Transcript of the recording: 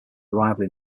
arrival